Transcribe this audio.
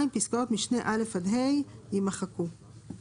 פסקאות משנה (א) עד (ה) יימחקו,